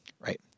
right